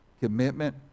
Commitment